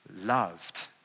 loved